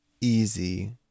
easy